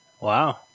Wow